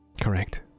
Correct